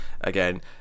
again